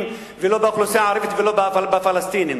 ולא באוכלוסייה הערבית ולא בפלסטינים.